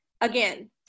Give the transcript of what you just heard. Again